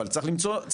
אבל צריך למצוא פתרון.